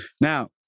Now